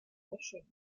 fishing